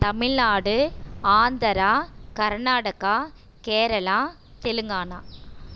Tamil Nadu Andhra Karnataka Kerala Telangana